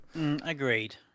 Agreed